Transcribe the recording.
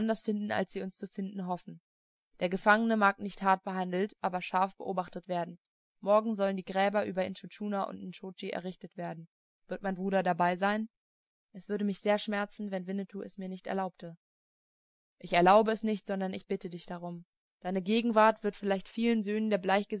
anders finden als sie uns zu finden hoffen der gefangene mag nicht hart behandelt aber scharf beobachtet werden morgen sollen die gräber über intschu tschuna und nscho tschi errichtet werden wird mein bruder dabei sein es würde mich sehr schmerzen wenn winnetou es mir nicht erlaubte ich erlaube es nicht sondern ich bitte dich darum deine gegenwart wird vielleicht vielen söhnen der